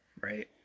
Right